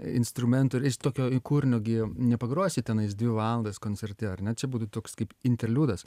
instrumento tokio į kur nuo gi jau nepagrosi tenais dvi valandas koncerte ar ne čia būtų toks kaip interliudas